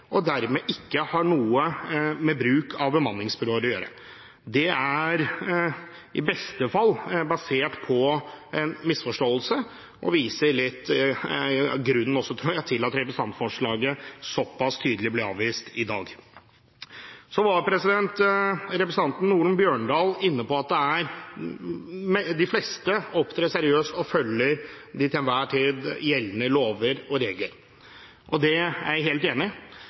og dermed ikke har noe med bruk av bemanningsbyråer å gjøre. Det er i beste fall basert på en misforståelse og viser også litt av grunnen – tror jeg – til at representantforslaget såpass tydelig blir avvist i dag. Representanten Holen Bjørdal var inne på at de fleste opptrer seriøst og følger de til enhver tid gjeldende lover og regler. Det er jeg helt enig